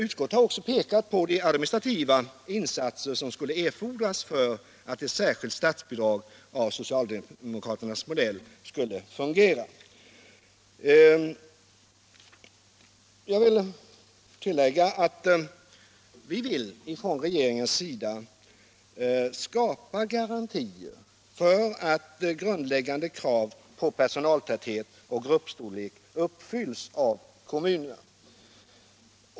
Utskottet har också pekat på de administrativa insatser som skulle erfordras för att ett särskilt statsbidrag av socialdemokraternas modell skulle fungera. Jag är angelägen att tillägga att vi från regeringens sida vill skapa garantier för att grundläggande krav på personaltäthet och gruppstorlek uppfylls av kommunerna.